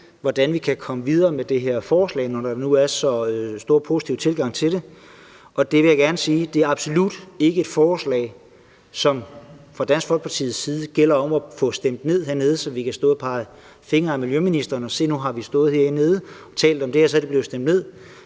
hvordan vi kan komme videre med det her forslag, når der nu er så stor en positiv tilgang til det. Jeg vil gerne sige, at det absolut ikke er et forslag, som det fra Dansk Folkepartis side gælder om at få stemt ned hernede, så vi kan stå og pege fingre ad miljøministeren og sige, at nu har vi stået hernede og talt om det her, og så er det blevet stemt ned.